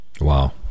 Wow